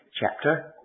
chapter